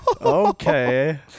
Okay